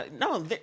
No